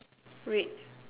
red